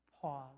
pause